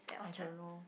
I don't know